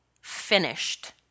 finished